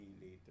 later